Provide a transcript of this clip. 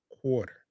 quarter